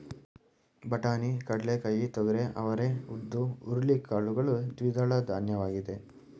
ಬಟಾಣಿ, ಕಡ್ಲೆಕಾಯಿ, ತೊಗರಿ, ಅವರೇ, ಉದ್ದು, ಹುರುಳಿ ಕಾಳುಗಳು ದ್ವಿದಳಧಾನ್ಯವಾಗಿದೆ